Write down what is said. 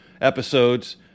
episodes